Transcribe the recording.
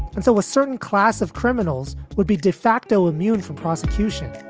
and so a certain class of criminals would be de facto immune from prosecution